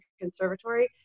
conservatory